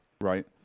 Right